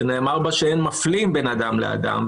שנאמר בה שאין מפלים בין אדם לאדם.